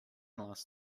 last